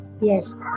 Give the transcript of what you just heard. Yes